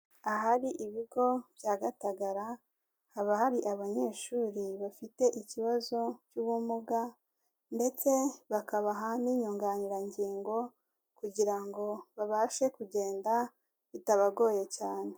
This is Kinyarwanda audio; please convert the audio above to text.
Ahari ibigo bya Gatagara haba hari abanyeshuri bafite ikibazo cy'ubumuga ndetse bakabaha n'inyunganirangingo kugira ngo babashe kugenda bitabagoye cyane.